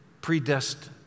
Predestined